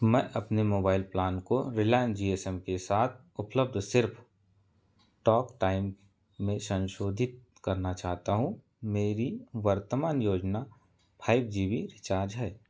मैं अपने mobile plan को रिलायंस जी एस एम के साथ उपलब्ध सिर्फ़ टॉक टाइम में संशोधित करना चाहता हूं मेरी वर्तमान योजना फाइव जी बी रिचार्ज है